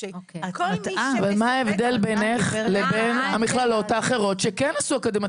ומה ההבדל בינך לבין המכללות האחרות שכן עשו אקדמיים?